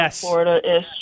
Florida-ish